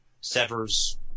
severs